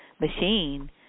machine